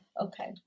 Okay